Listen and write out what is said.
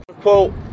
Quote